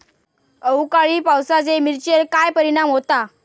अवकाळी पावसाचे मिरचेर काय परिणाम होता?